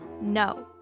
no